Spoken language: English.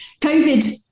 covid